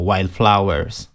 Wildflowers